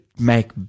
make